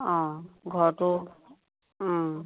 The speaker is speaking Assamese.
অঁ ঘৰটো